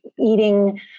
eating